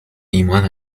ایمان